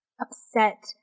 upset